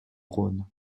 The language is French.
rhône